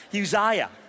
Uzziah